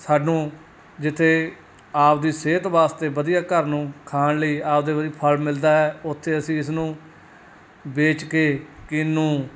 ਸਾਨੂੰ ਜਿੱਥੇ ਆਪਦੀ ਸਿਹਤ ਵਾਸਤੇ ਵਧੀਆ ਘਰ ਨੂੰ ਖਾਣ ਲਈ ਆਪਦੇ ਵਾਰੀ ਫਲ ਮਿਲਦਾ ਹੈ ਉੱਥੇ ਅਸੀਂ ਇਸਨੂੰ ਵੇਚ ਕੇ ਕਿੰਨੂ